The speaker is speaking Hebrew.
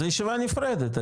זה ישיבה נפרדת,